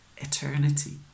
Eternity